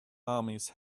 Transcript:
armies